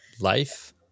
Life